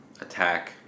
attack